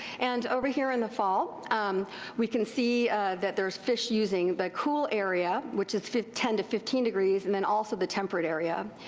and over here in the fall we can see that thereis fish using the cool area, which is ten to fifteen degrees and then also the temperate area.